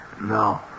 No